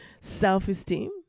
self-esteem